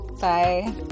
Bye